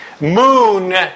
Moon